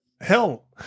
hell